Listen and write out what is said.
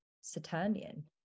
Saturnian